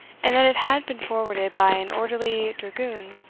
and that it had been forwarded by an orderly dragoon,